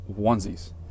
onesies